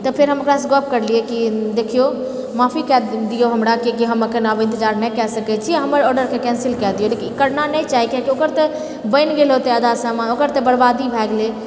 तऽ फेर हम ओकरासँ गप करलिऐ कि देखियौ माफी कए दिऔ हमराकेँ कीआकि हम आब इन्तजार नहि कए सकैत छी हमर ऑर्डरके कैन्सिल कए दिऔ लेकिन ओ करना नहि चाही ओकर तऽ बनि गेल होते आधा सामान ओकर तऽ बरबादी भए गेलै